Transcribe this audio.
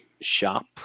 shop